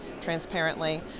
transparently